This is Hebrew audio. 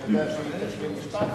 אני יודע שהיא תשלים משפט,